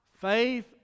faith